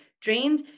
drained